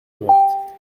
meurthe